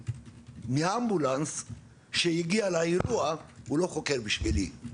מהאמבולנס שהגיע לאירוע הוא לא חוקר בשבילי.